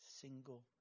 single